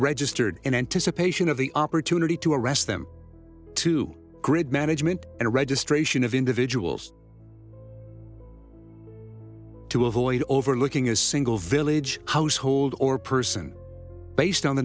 registered in anticipation of the opportunity to arrest them to grid management and registration of individuals to avoid overlooking a single village household or person based on the